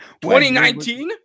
2019